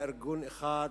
אחד